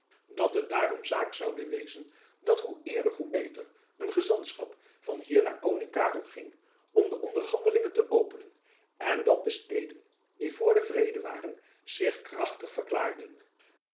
dat het daarom zaak zoude wezen dat hoe eerder hoe beter een gezantschap van hier naar koning karel ging om de onderhandelingen te openen en dat de steden die vr den vrede waren zich krachtig verklaarden